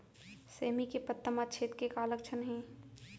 सेमी के पत्ता म छेद के का लक्षण हे?